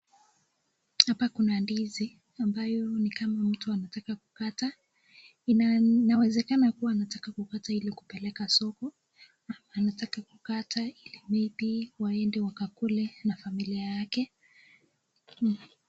Hapa kuna ndizi ambayo ni kama huyu mtu anataka kukata. Inawezekana kuwa anataka kukata ili kupeleka soko, ama anataka kukata ili maybe waende wakakule na familia yake.